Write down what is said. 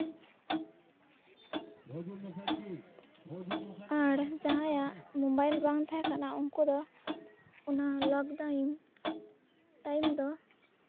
ᱟᱨ ᱡᱟᱦᱟᱸᱭᱟᱜ ᱢᱳᱵᱟᱭᱤᱞ ᱵᱟᱝ ᱛᱟᱦᱮᱸ ᱠᱟᱱᱟ ᱩᱱᱠᱩ ᱫᱚ ᱚᱱᱟ ᱞᱚᱠᱰᱟᱣᱩᱱ ᱴᱟᱭᱤᱢ ᱫᱚ